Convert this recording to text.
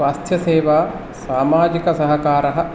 स्वास्थ्यसेवा सामाजिकसहकारः